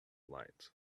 lights